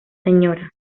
sra